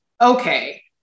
okay